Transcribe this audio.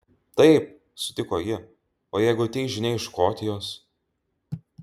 taip sutiko ji o jeigu ateis žinia iš škotijos